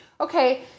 okay